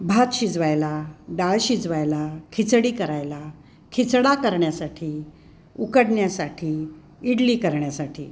भात शिजवायला डाळ शिजवायला खिचडी करायला खिचडा करण्यासाठी उकडण्यासाठी इडली करण्यासाठी